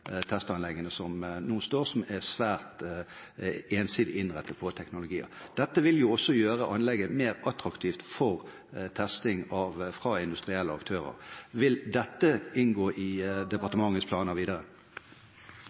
testanleggene som nå står, som er svært ensidig innrettet på teknologier. Dette vil også gjøre anlegget mer attraktivt for testing fra industrielle aktører. Vil dette inngå i departementets planer videre?